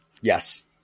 Yes